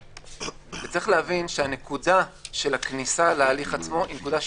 וצריך להבין שהנקודה של הכניסה להליך עצמו היא נקודה שקרית.